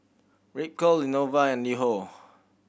Ripcurl Lenovo and LiHo